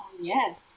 Yes